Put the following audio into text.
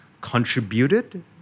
contributed